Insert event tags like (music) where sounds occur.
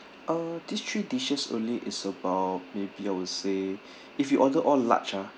uh these three dishes only is about maybe I would say (breath) if you order all large ah